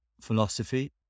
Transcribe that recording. philosophy